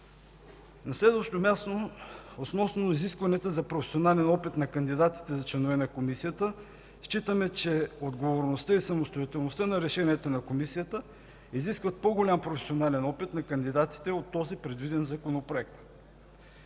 На следващо място, относно изискванията за професионален опит на кандидатите за членове на Комисията – считаме, че отговорността и самостоятелността на решенията на Комисията изискват по-голям професионален опит на кандидатите от този, предвиден в Законопроекта.